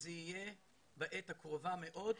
שזה יהיה בעת הקרובה מאוד.